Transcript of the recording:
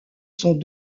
sont